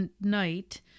night